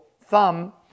thumb